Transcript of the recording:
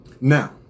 Now